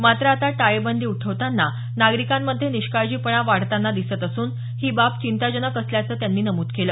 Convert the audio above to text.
मात्र आता टाळेबंदी उठवताना नागरिकांमध्ये निष्काळजीपणा वाढताना दिसत असून ही बाब चिंताजनक असल्याचं त्यांनी नमूद केलं